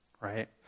right